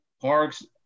parks